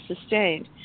sustained